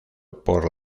por